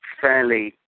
fairly